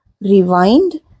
rewind